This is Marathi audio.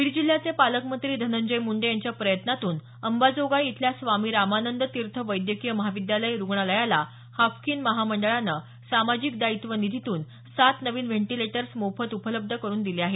बीड जिल्ह्याचे पालकमंत्री धनंजय मुंडे यांच्या प्रयत्नातून अंबाजोगाई इथल्या स्वामी रामानंद तीर्थ वैद्यकीय महाविद्यालय रुग्णालयाला हाफकिन महामंडळानं सामाजिक दायित्व निधीतून सात नवीन व्हेंटिलेटर्स मोफत उपलब्ध करून दिले आहेत